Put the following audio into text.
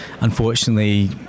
unfortunately